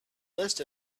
list